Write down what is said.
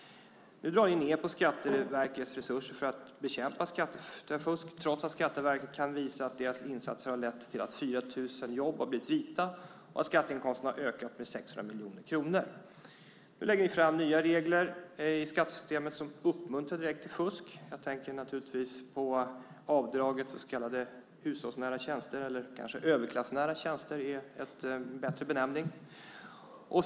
Ni drar ned på Skatteverkets resurser för att bekämpa skattefusk, trots att Skatteverket kan visa att deras insatser har lett till att 4 000 jobb har blivit vita och att skatteinkomsterna har ökat med 600 miljoner kronor. Ni lägger fram nya regler i skattesystemet som direkt uppmuntrar till fusk. Jag tänker naturligtvis på avdraget för så kallade hushållsnära tjänster - överklassnära tjänster är kanske en bättre benämning.